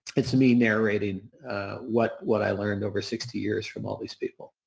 it's me narrating what what i learned over sixty years from all these people.